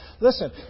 Listen